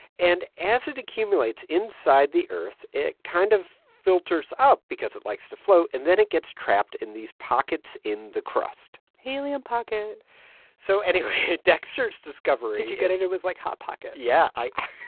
and as it accumulates inside the earth, it kind of filters up because it likes to float. and then it gets trapped in these pockets in the crust helium pocket so anyway, dexter's discovery did you get it? it was like hot pocket yeah, i.